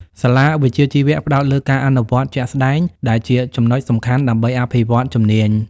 សាលាវិជ្ជាជីវៈផ្តោតលើការអនុវត្តជាក់ស្តែង ដែលជាចំណុចសំខាន់ដើម្បីអភិវឌ្ឍជំនាញ។